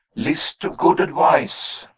list to good advice.